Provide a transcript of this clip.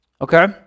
Okay